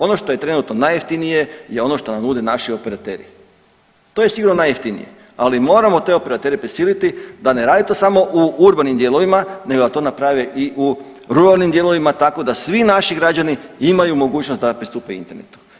Ono što je trenutno najjeftinije je ono što nam nude naši operateri, to je sigurno najjeftinije, ali moramo te operatere prisiliti da ne rade to samo u urbanim dijelovima nego da to naprave i u ruralnim dijelovima tako da svi naši građani imaju mogućnost da pristupe internetu.